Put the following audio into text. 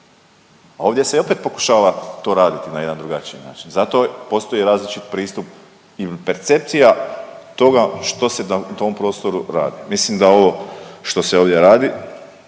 A ovdje se opet pokušava to raditi na jedan drugačiji način. Zato postoji različit pristup i percepcija toga što se na tom prostoru radi. Mislim da ovo što se ovdje radi